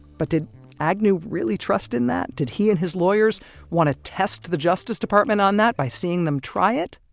but did agnew really trust in that? did he and his lawyers want to test the justice department on that by seeing them try it?